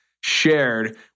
shared